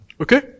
Okay